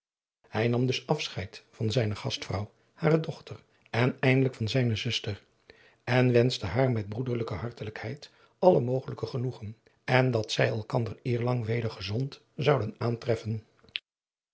hij nam dus afscheid van zijne gastvrouw hare dochter en eindelijk van zijne zuster en wenschte haar met broederlijke hartelijkheid allen mogelijk genoegen en dat zij elkander eerlang weder gezond zouden aanteffen